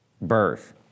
birth